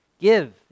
Give